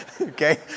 Okay